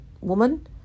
woman